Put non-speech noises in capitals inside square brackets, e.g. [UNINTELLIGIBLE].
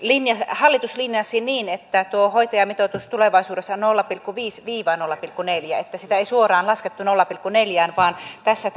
hallitus linjasi niin että tuo hoitajamitoitus tulevaisuudessa on nolla pilkku viisi viiva nolla pilkku neljä ja että sitä ei suoraan laskettu nolla pilkku neljään vaan tässä [UNINTELLIGIBLE]